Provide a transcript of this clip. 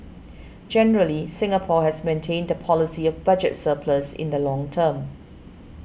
generally Singapore has maintained the policy of budget surplus in the long term